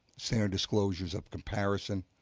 standard disclosures of comparison,